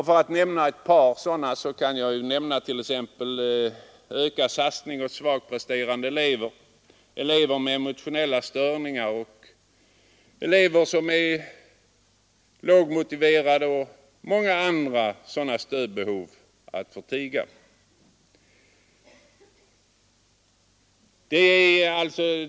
Bland dessa kan jag nämna ökad satsning på hjälp åt svagpresterande elever, elever med emotionella störningar och elever som är lågmotiverade, många andra stödbehov att förtiga.